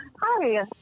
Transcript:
Hi